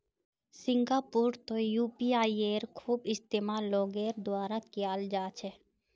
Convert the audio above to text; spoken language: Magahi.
सिंगापुरतो यूपीआईयेर खूब इस्तेमाल लोगेर द्वारा कियाल जा छे